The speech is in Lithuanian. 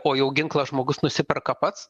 o jau ginklą žmogus nusiperka pats